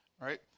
right